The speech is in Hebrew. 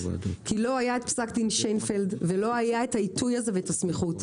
כי לא היה את פסק דין שיינפלד ולא היה את העיתוי הזה ואת הסמיכות.